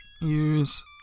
Use